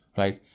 right